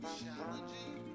challenging